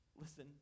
listen